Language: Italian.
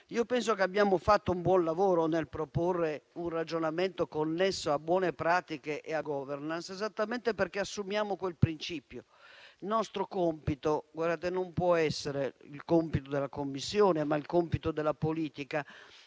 Penso che abbiamo fatto un buon lavoro nel proporre un ragionamento connesso a buone pratiche e a *governance*, esattamente perché assumiamo quel principio. Il compito della Commissione, come della politica